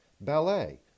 ballet